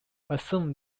assume